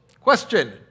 question